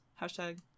Hashtag